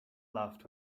laughed